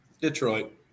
Detroit